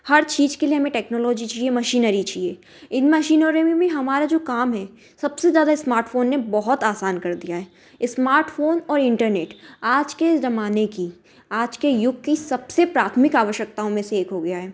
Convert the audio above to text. हर चीज़ के लिए हमें टेक्नोलॉजी चाहिए मशीनरी चाहिए इन मशीनरों में भी हमारा जो काम है सबसे ज़्यादा स्मार्टफोन ने बहुत आसान कर दिया है स्मार्टफोन और इंटरनेट आज के जमाने की आज के युग की सबसे प्राथमिक आवश्यकताओं में से एक हो गया है